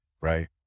Right